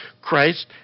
Christ